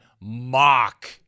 mock